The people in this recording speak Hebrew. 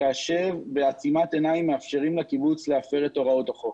כאשר בעצימת עיניים מאפשרים לקיבוץ להפר את הוראות החוק.